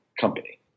company